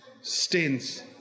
Stains